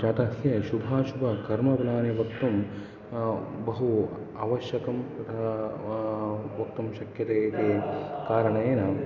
जातकस्य शुभाशुभकर्मफलानि वक्तुं बहु आवश्यकं तथा वक्तुं शक्यते इति कारणेन